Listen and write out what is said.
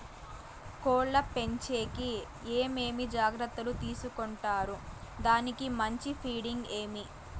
కోళ్ల పెంచేకి ఏమేమి జాగ్రత్తలు తీసుకొంటారు? దానికి మంచి ఫీడింగ్ ఏమి?